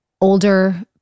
older